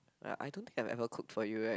I don't think I've ever cooked for you right